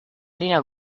linea